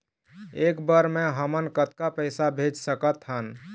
एक बर मे हमन कतका पैसा भेज सकत हन?